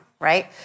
Right